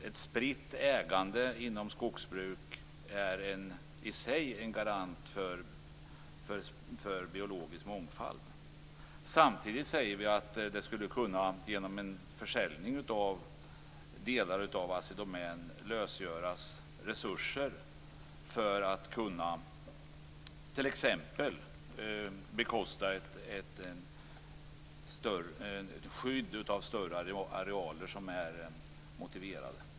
Ett spritt ägande inom skogsbruk är i sig en garant för biologisk mångfald. Genom en försäljning av delar av Assi Domän skulle resurser lösgöras för att man skulle kunna t.ex. bekosta ett skydd av större arealer.